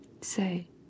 Say